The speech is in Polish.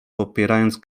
popierając